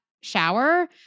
shower